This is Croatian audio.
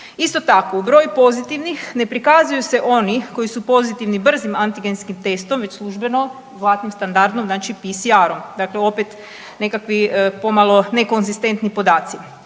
Isto tako, u broju pozitivnih ne prikazuju se oni koji su pozitivni brzim antigenskim testom već službeno, zlatnim standardom, znači PCR-om. Dakle opet nekakvi pomalo nekonzistentni podaci.